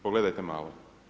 Pogledajte malo.